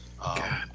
god